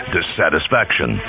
Dissatisfaction